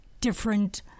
different